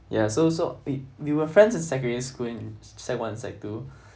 ya so so we we were friends in secondary school in sec one sec two